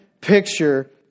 picture